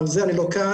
על זה אני לא כאן,